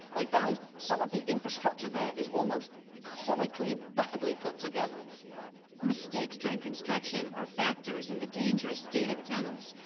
they found some of the infrastructure there is almost comically badly put together. anchor mistakes during construction are factors in the dangerous state of the tunnels.